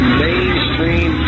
mainstream